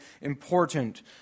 important